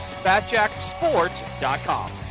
FatJackSports.com